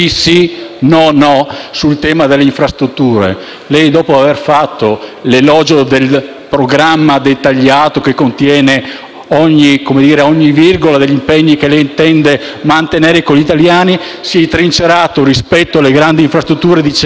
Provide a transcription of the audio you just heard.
no, no sul tema delle infrastrutture, lei, dopo aver fatto l'elogio del programma dettagliato che contiene, a ogni virgola, gli impegni che lei intende mantenere con gli italiani, si è trincerato rispetto alle grandi infrastrutture dicendo